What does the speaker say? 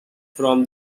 from